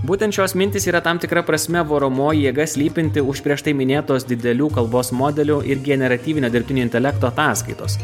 būtent šios mintys yra tam tikra prasme varomoji jėga slypinti už prieš tai minėtos didelių kalbos modelių ir generatyvinio dirbtinio intelekto ataskaitos